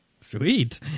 Sweet